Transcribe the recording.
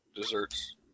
desserts